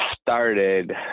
started